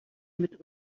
mit